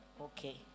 Okay